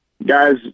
guys